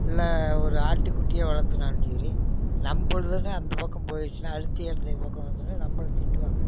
இல்லை ஒரு ஆட்டுக்குட்டியை வளர்த்துனாலும் சரி நம்மளுதுனு அந்த பக்கம் போயிடுச்சின்னால் அடுத்த இடத்து பக்கம் வந்துதுனால் நம்மள திட்டுவாங்கள்